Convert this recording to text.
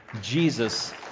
Jesus